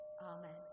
Amen